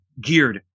geared